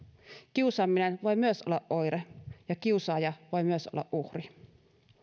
kiusaaminen voi myös olla oire ja kiusaaja voi myös olla uhri